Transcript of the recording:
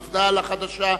מפד"ל החדשה,